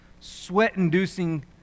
sweat-inducing